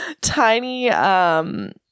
tiny